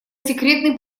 секретный